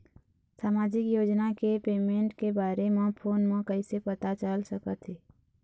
सामाजिक योजना के पेमेंट के बारे म फ़ोन म कइसे पता चल सकत हे?